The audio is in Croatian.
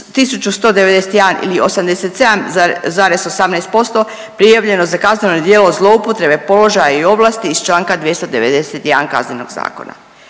1.191 ili 87,18% prijavljeno za kazneno djelo zloupotrebe položaja i ovlasti iz Članka 291. Kaznenog zakona.